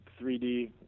3d